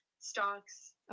stocks